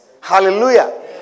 hallelujah